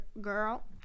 girl